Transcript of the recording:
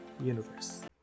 universe